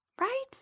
Right